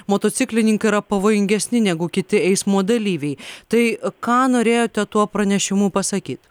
motociklininkai yra pavojingesni negu kiti eismo dalyviai tai ką norėjote tuo pranešimu pasakyt